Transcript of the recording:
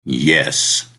yes